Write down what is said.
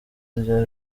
rya